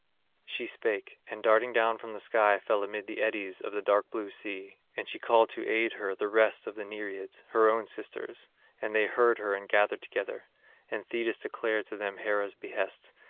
she spake, and darting down from the sky fell amid the eddies of the dark blue sea and she called to aid her the rest of the nereids, her own sisters and they heard her and gathered together and thetis declared to them hera's behests,